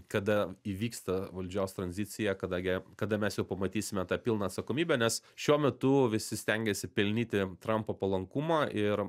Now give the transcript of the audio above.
kada įvyksta valdžios tanzicija kada ge kada mes jau pamatysime tą pilną atsakomybę nes šiuo metu visi stengiasi pelnyti trampo palankumą ir